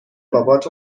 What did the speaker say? بابات